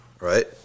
right